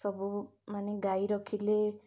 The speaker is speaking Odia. ସବୁ ମାନେ ଗାଈ ରଖିଲେ